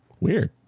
Weird